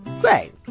Great